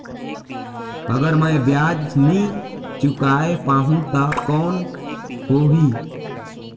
अगर मै ब्याज नी चुकाय पाहुं ता कौन हो ही?